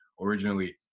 originally